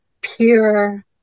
pure